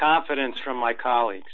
confidence from my colle